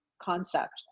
concept